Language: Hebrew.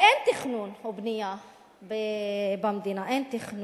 ואין תכנון או בנייה במדינה, אין תכנון,